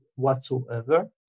Whatsoever